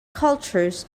cultures